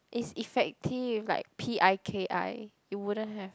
is effective like p_i_k_i it wouldn't have